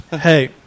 Hey